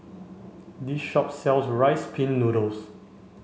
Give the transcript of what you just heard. this shop sells Rice Pin Noodles